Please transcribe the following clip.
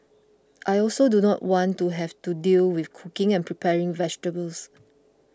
I also do not want to have to deal with cooking and preparing vegetables